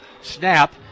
snap